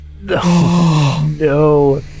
No